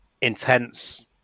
intense